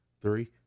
Three